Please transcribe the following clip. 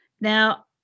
Now